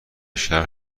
شهر